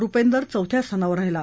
रुपेंदर चौथ्या स्थानावर राहिला